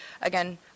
again